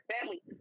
family